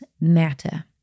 Matter